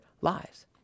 lives